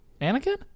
Anakin